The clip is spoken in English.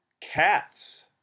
cats